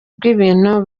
bw’ibintu